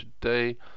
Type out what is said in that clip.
today